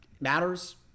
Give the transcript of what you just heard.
matters